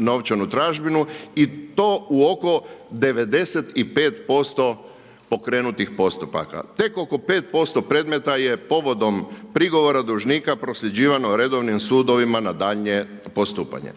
novčanu tražbinu i to u oko 95% pokrenutih postupaka. Tek oko 5% predmeta je povodom prigovora dužnika prosljeđivano redovnim sudovima na daljnje postupanje.